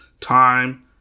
time